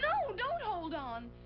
don't hold on!